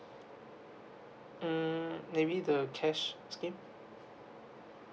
mm maybe the cash scheme